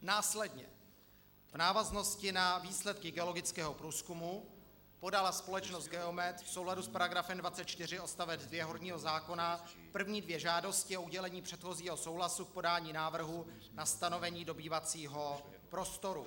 Následně v návaznosti na výsledky geologického průzkumu podala společnost Geomet v souladu s § 24 odst. 2 horního zákona první dvě žádosti o udělení předchozího souhlasu k podání návrhu na stanovení dobývacího prostoru.